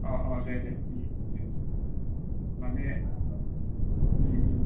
दे दे दे माने